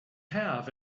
have